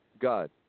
God